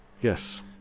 Yes